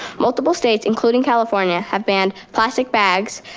multiple states, including california, have banned plastic bags,